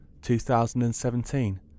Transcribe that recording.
2017